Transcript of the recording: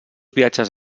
viatges